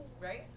right